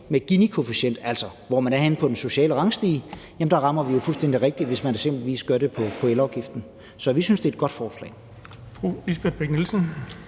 rent Ginikoefficientmæssige, altså hvorhenne man er på den sociale rangstige, rammer vi jo fuldstændig rigtigt, hvis vi eksempelvis gør det med elafgiften. Så vi synes, det er et godt forslag.